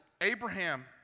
Abraham